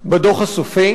בדוח הסופי